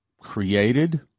created